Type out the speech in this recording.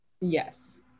Yes